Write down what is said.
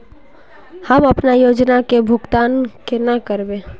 हम अपना योजना के भुगतान केना करबे?